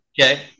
Okay